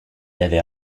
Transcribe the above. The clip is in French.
avait